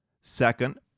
Second